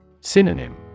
Synonym